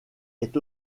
est